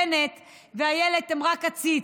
בנט ואילת הם רק עציץ,